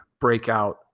breakout